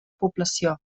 població